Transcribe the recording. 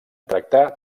tractar